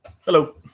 Hello